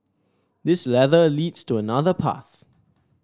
this ladder leads to another path